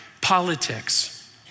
politics